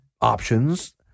options